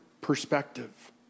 perspective